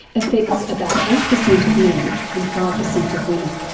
affects about eight percent of men and five percent of women.